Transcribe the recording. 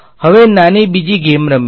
હવે નાની બીજી ગેમ રમીયે